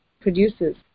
produces